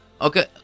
Okay